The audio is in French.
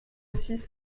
six